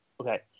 Okay